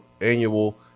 annual